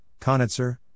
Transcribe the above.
Conitzer